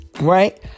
Right